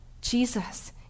Jesus